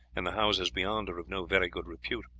and the houses beyond are of no very good repute.